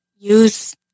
Use